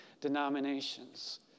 denominations